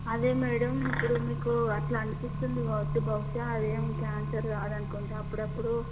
అదే మేడం ఇప్పుడు మీకు అలా అనిపిస్తుంది కవచ్చు బహుశా అది ఏమీ కాన్సర్ కాదు అనుకుంటా అప్పుడపుడు